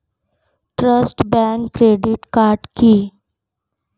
Trust bank credit card কি?